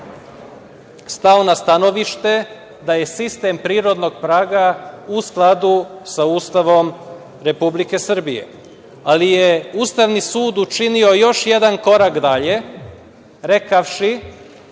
stao na stanovište da je sistem prirodnog praga u skladu sa Ustavom Republike Srbije, ali je Ustavni sud učinio još jedan korak dalje rekavši